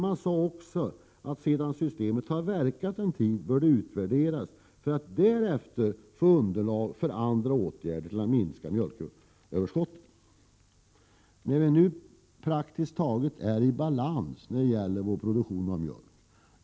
Man sade att sedan systemet verkat en tid bör det utvärderas för att ge underlag för andra åtgärder för att minska mjölköverskottet. Nu är vi praktiskt taget i balans när det gäller produktionen av mjölk.